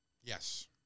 Yes